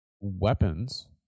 weapons